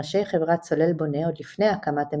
מראשי חברת סולל בונה עוד לפני הקמת המדינה,